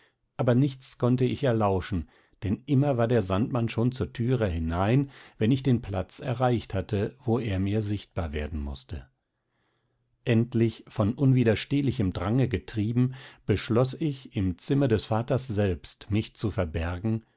aber nichts konnte ich erlauschen denn immer war der sandmann schon zur türe hinein wenn ich den platz erreicht hatte wo er mir sichtbar werden mußte endlich von unwiderstehlichem drange getrieben beschloß ich im zimmer des vaters selbst mich zu verbergen